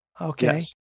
Okay